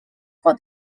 for